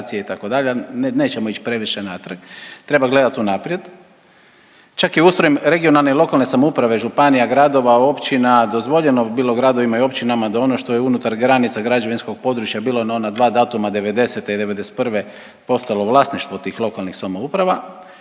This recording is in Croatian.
itd. ali nećemo ić previše natrag. Treba gledat unaprijed. Čak i ustrojem regionalne i lokalne samouprave županija, gradova, općina, dozvoljeno bi bilo gradovima i općinama da ono što je unutar granica građevinskog područja bilo na ona dva datuma '90. i '91. postalo vlasništvo tih lokalnih samouprava,